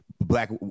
black